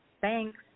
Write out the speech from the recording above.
Thanks